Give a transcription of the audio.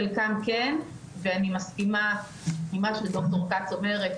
חלקם כן ואני מסכימה עם מה שד"ר כץ אומרת,